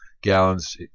gallons